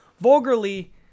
Vulgarly